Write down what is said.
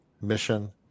mission